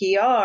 PR